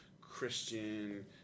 Christian